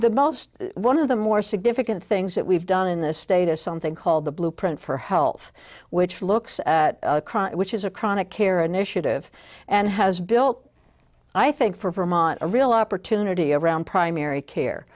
the most one of the more significant things that we've done in this state is something called the blueprint for health which looks across which is a chronic care initiative and has built i think for a real opportunity around primary care